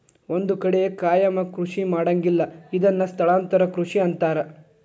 ಒಂದ ಕಡೆ ಕಾಯಮ ಕೃಷಿ ಮಾಡಂಗಿಲ್ಲಾ ಇದನ್ನ ಸ್ಥಳಾಂತರ ಕೃಷಿ ಅಂತಾರ